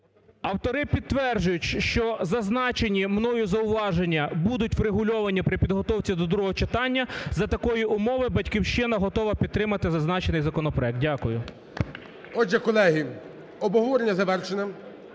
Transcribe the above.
Автори підтверджують, що зазначені мною зауваження будуть врегульовані при підготовці до другого читання, за такої умови "Батьківщина" готова підтримати зазначений законопроект. Дякую. ГОЛОВУЮЧИЙ. Отже, колеги, обговорення завершене.